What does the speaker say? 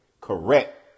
Correct